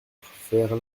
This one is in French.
faire